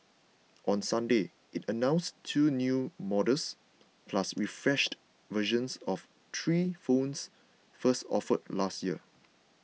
on Sunday it announced two new models plus refreshed versions of three phones first offered last year